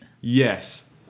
yes